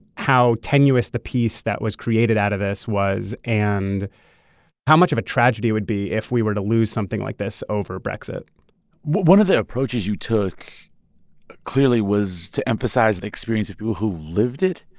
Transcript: how tenuous the peace that was created out of this was and how much of a tragedy it would be if we were to lose something like this over brexit one of the approaches you took clearly was to emphasize the experience of people who lived it.